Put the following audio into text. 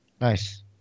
Nice